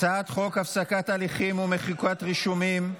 הצעת חוק הפסקת הליכים ומחיקת רישומים,